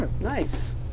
Nice